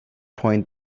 point